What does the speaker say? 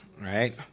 right